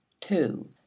two